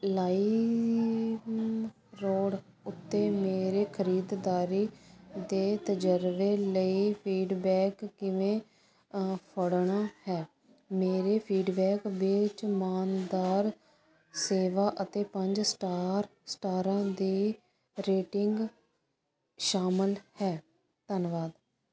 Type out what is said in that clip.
Lime road ਉੱਤੇ ਮੇਰੇ ਖਰੀਦਦਾਰੀ ਦੇ ਤਜਰਬੇ ਲਈ ਫੀਡਬੈਕ ਕਿਵੇਂ ਆਫੜਨ ਹੈ ਮੇਰੇ ਫੀਡਬੈਕ ਵਿੱਚ ਇਮਾਨਦਾਰ ਸੇਵਾ ਅਤੇ ਪੰਜ ਸਟਾਰ ਸਟਾਰਾਂ ਦੀ ਰੇਟਿੰਗ ਸ਼ਾਮਿਲ ਹੈ ਧੰਨਵਾਦ